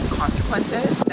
consequences